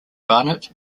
barnet